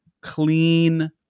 clean